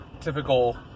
typical